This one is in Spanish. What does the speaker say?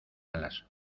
alas